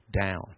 down